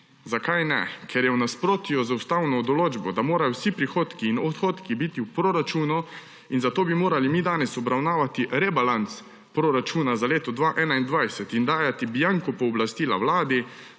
Zakaj ne? Ker je v nasprotju z ustavno določbo, da morajo vsi prihodki in odhodki biti v proračunu in zato bi morali mi danes obravnavati rebalans proračuna za leto 2021 in dajati bianco pooblastila Vladi,